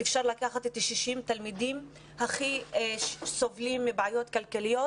אפשר לקחת 60 תלמידים שסובלים מבעיות כלכליות